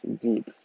deep